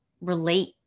relate